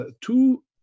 two